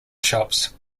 shops